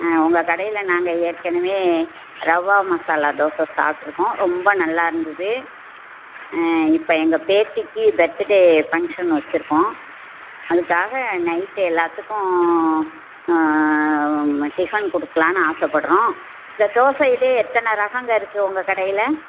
ஆ உங்கள் கடையில் நாங்கள் ஏற்கனவே ரவா மசாலா தோசை சாப்பிட்ருக்கோம் ரொம்ப நல்லா இருந்தது ஆ இப்போ எங்கள் பேத்திக்கு பர்த்டே ஃபங்க்ஷன் வைச்சிருக்கோம் அதுக்காக நைட் எல்லோத்துக்கும் டிஃபன் கொடுக்கலான்னு ஆசைப்பட்றோம் இந்த தோசையிலேயே எத்தனை ரகங்கள் இருக்குது உங்கள் கடையில்